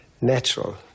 Natural